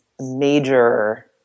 major